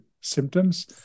symptoms